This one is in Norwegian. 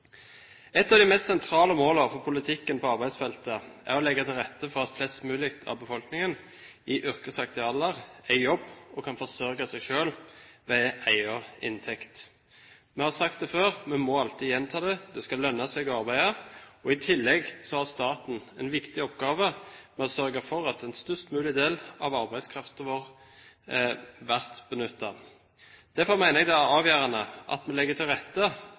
Et av de mest sentrale målene for politikken på arbeidsfeltet er å legge til rette for at flest mulig av befolkningen i yrkesaktiv alder er i jobb og kan forsørge seg ved egen inntekt. Vi har sagt det før, vi må alltid gjenta det: Det skal lønne seg å arbeide. I tillegg har staten en viktig oppgave med å sørge for at en størst mulig del av arbeidskraften vår blir benyttet. Derfor mener jeg det er avgjørende at vi legger til rette